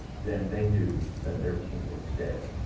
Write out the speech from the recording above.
then they knew that their king was dead.